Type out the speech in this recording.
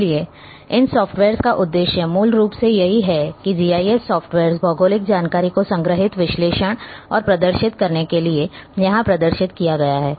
इसलिए इन सॉफ्टवेयर्स का उद्देश्य मूल रूप से यह है की जीआईएस सॉफ्टवेयर्स भौगोलिक जानकारी को संग्रहीत विश्लेषण और प्रदर्शित करने के लिए यहां प्रदर्शित किया गया है